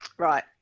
Right